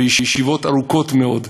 בישיבות ארוכות מאוד,